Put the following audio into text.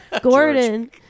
Gordon